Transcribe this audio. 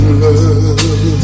love